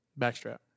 Backstrap